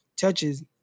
touches